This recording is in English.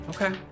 Okay